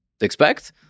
expect